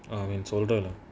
um it's older lah